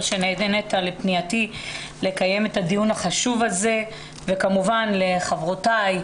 שנענית לפנייתי לקיים את הדיון החשוב הזה וכמובן אני מודה לחברותיי,